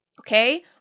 okay